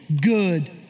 good